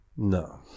No